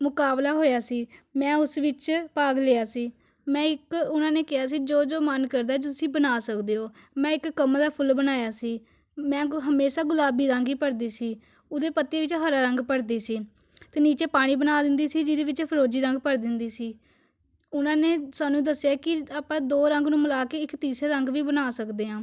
ਮੁਕਾਬਲਾ ਹੋਇਆ ਸੀ ਮੈਂ ਉਸ ਵਿੱਚ ਭਾਗ ਲਿਆ ਸੀ ਮੈਂ ਇੱਕ ਉਹਨਾਂ ਨੇ ਕਿਹਾ ਸੀ ਜੋ ਜੋ ਮਨ ਕਰਦਾ ਤੁਸੀਂ ਬਣਾ ਸਕਦੇ ਹੋ ਮੈਂ ਇੱਕ ਕਮਲ ਦਾ ਫੁੱਲ ਬਣਾਇਆ ਸੀ ਮੈਂ ਗ ਹਮੇਸ਼ਾ ਗੁਲਾਬੀ ਰੰਗ ਹੀ ਭਰਦੀ ਸੀ ਉਹਦੇ ਪੱਤੇ ਵਿੱਚ ਹਰਾ ਰੰਗ ਭਰਦੀ ਸੀ ਅਤੇ ਨੀਚੇ ਪਾਣੀ ਬਣਾ ਦਿੰਦੀ ਸੀ ਜਿਹਦੇ ਵਿੱਚ ਫਰੋਜ਼ੀ ਰੰਗ ਭਰ ਦਿੰਦੀ ਸੀ ਉਹਨਾਂ ਨੇ ਸਾਨੂੰ ਦੱਸਿਆ ਕਿ ਆਪਾਂ ਦੋ ਰੰਗ ਨੂੰ ਮਿਲਾ ਕੇ ਇੱਕ ਤੀਸਰਾ ਰੰਗ ਵੀ ਬਣਾ ਸਕਦੇ ਹਾਂ